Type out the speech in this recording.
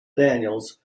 daniels